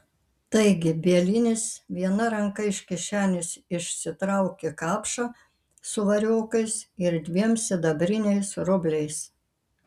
taigi bielinis viena ranka iš kišenės išsitraukė kapšą su variokais ir dviem sidabriniais rubliais